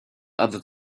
other